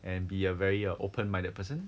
and be a very uh open-minded person